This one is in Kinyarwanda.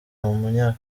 umunya